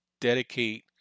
dedicate